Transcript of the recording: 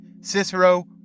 Cicero